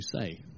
say